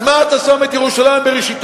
אז מה אתה שם את ירושלים בראשיתו,